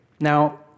now